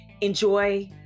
enjoy